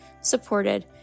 supported